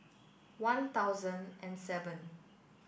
one thousand and seven